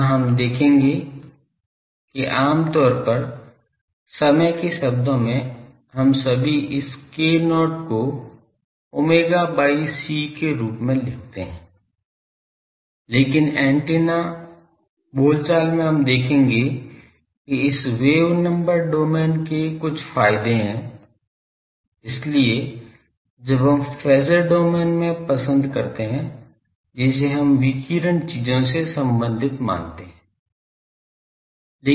यहाँ हम देखेंगे कि आमतौर पर समय के शब्दों में हम सभी इस k नॉट को omega by c के रूप में लिखते हैं लेकिन ऐन्टेना बोल चाल में हम देखेंगे कि इस वेव नंबर डोमेन के कुछ फायदे हैं इसलिए जब हम फेज़र डोमेन में पसंद करते हैं जिसे हम विकिरण चीजों से सम्बंधित मानते हैं